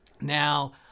Now